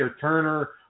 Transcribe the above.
Turner